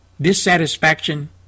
dissatisfaction